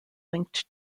linked